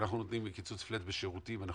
כשאנחנו נותנים קיצוץ פלאט בשירותים אנחנו